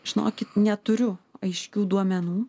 žinokit neturiu aiškių duomenų